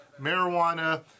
Marijuana